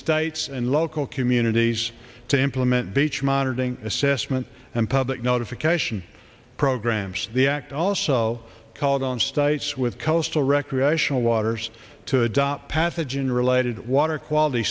states and local communities to implement beach monitoring assessment and public notification programs the act also called on states with coastal recreational waters to adopt pathogen related water quality